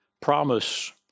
promise